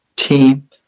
Team